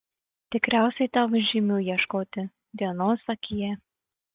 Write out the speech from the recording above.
tikriausiai tavo žymių ieškoti dienos akyje